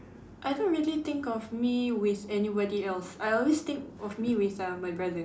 I don't really think of me with anybody else I always think of me with uh my brother